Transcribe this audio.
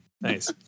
Nice